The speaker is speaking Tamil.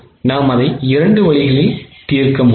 நாம் அதை இரண்டு வழிகளில் செய்ய முடியும்